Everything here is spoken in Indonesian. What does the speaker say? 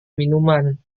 minuman